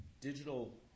digital